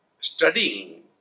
studying